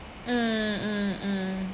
mm mm mm